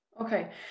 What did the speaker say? okay